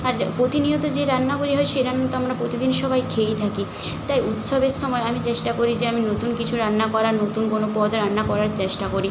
আর প্রতিনিয়ত যে রান্নাগুলি হয় সে রান্না তো আমরা প্রতিদিন সবাই খেয়েই থাকি তাই উৎসবের সময় আমি চেষ্টা করি যে আমি নতুন কিছু রান্না করার নতুন কোনো পদ রান্না করার চেষ্টা করি